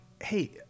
hey